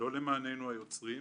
לא למעננו היוצרים